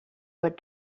would